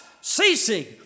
ceasing